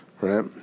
right